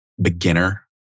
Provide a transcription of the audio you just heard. beginner